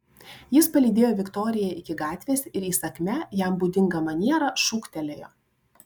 jis palydėjo viktoriją iki gatvės ir įsakmia jam būdinga maniera šūktelėjo